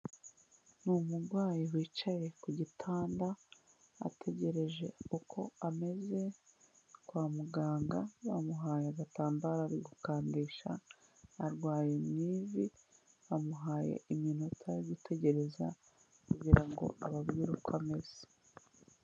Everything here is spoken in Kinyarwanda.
Ni umurwayi wicaye ku gitanda ategereje uko ameze, kwa muganga bamuhaye agatambaro ari gukandisha arwaye mu ivi, bamuhaye iminota yo gutegereza kugira ngo ababwire uko ameze.